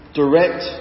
direct